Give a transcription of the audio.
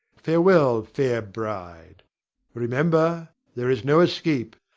farewell, fair bride remember there is no escape,